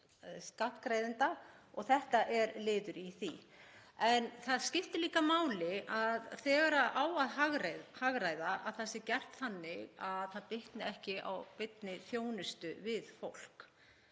skattgreiðenda og þetta er liður í því. En það skiptir líka máli, þegar á að hagræða, að það sé gert þannig að það bitni ekki á beinni þjónustu við fólk.